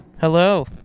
Hello